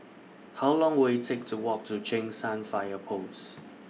How Long Will IT Take to Walk to Cheng San Fire Post